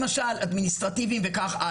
למשל, אדמיניסטרטיבי וכו'.